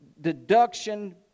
deduction